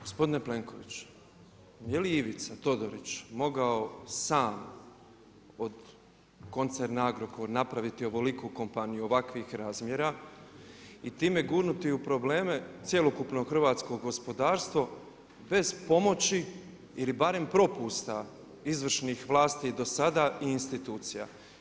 Gospodine Plenkoviću, je li Ivica, Todorić mogao sam od koncerna Agrokor napraviti ovoliku kompaniju, ovakvih razmjera i time gurnuti u probleme cjelokupno hrvatsko gospodarstvo bez pomoći ili barem propusta izvršnih vlasti do sada i institucija?